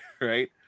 Right